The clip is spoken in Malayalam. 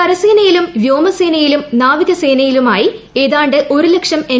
കരസേനയിലും വ്യോമസേനയിലും നാവികസേനയിലുമായി ഏതാണ്ട് ഒരു ലക്ഷം എൻ